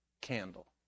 candle